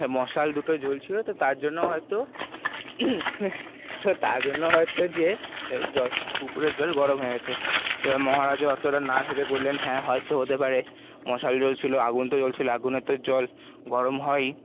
মশাল দুটো জ্বলছিলো তো তার জন্য হয়তো তার জন্য হয়তো যে পুকুরের জল গরম হয়ে গেছে এবার মহারাজা অতটা না ভেবে বললেন হ্যাঁ হয়তো হতে পারে মশাল জ্বলছিলো আগুন তো জ্বলছিলো আগুনে তো জল গরম হয়ই